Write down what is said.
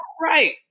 right